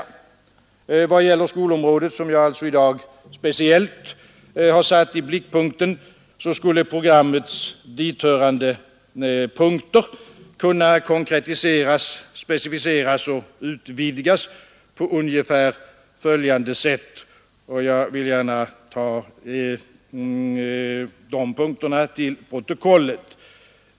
I vad gäller skolområdet, som jag alltså i dag speciellt har satt i blickpunkten, skulle programmets dithörande punkter kunna konkretiseras, specificeras och utvidgas på ungefär följande sätt, och jag vill gärna ta de punkterna till protokollet.